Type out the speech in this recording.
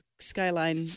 Skyline